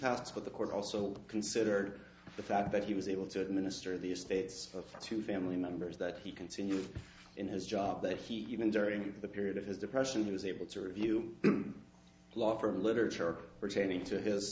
but the court also considered the fact that he was able to administer the estates to family members that he continued in his job that he even during the period of his depression he was able to review the law for literature pertaining to his